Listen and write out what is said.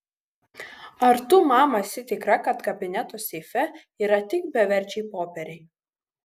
ar tu mama esi tikra kad kabineto seife yra tik beverčiai popieriai